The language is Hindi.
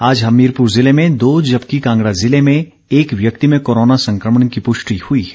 आज हमीरपुर जिले में दो जबकि कांगड़ा जिले में एक व्यक्ति में कोरोना संकमण की पुष्टि हुई है